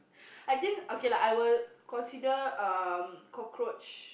I think okay lah I will consider um cockroach